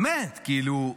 באמת, כאילו,